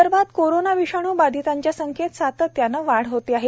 विदर्भात कोरोना विषाणू बधितांच्या संख्येत सातत्याने वाढ होत आहे